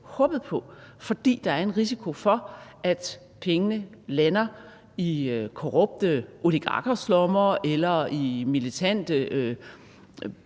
håbet på, fordi der er en risiko for, at pengene lander i korrupte oligarkers lommer eller i militante